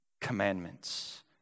commandments